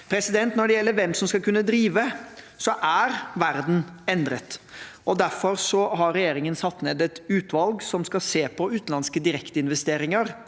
Når det gjelder hvem som skal kunne drive, så er verden endret. Derfor har regjeringen satt ned et utvalg som skal se på utenlandske direkteinvesteringer